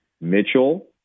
Mitchell